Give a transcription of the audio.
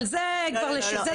אבל זה כבר, זה סיפור.